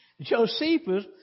Josephus